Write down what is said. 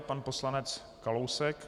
Pan poslanec Kalousek.